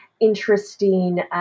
interesting